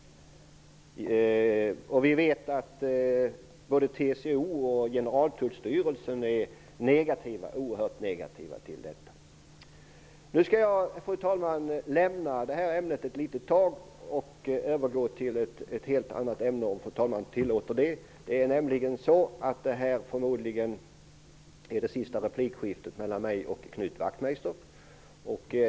Vi vet att både TCO och Generaltullstyrelsen är oerhört negativa till detta. Nu skall jag lämna detta ämne ett litet tag och övergå till ett helt annat ämne, om fru talmannen tillåter det. Det är nämligen så att det här förmodligen är det sista replikskiftet mellan mig och Knut Wachtmeister.